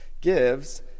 Gives